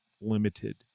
limited